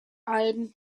alben